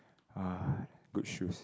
uh good shoes